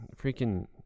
freaking